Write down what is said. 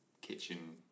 kitchen